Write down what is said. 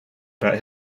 about